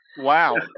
Wow